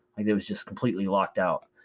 like it was just completely locked out.